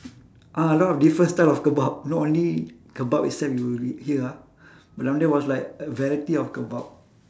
ah a lot of different style of kebab not only kebab itself you eat here ah but down there was like a variety of kebab